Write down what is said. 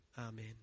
Amen